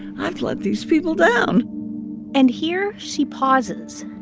i've let these people down and here she pauses.